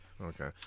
Okay